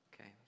Okay